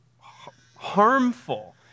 harmful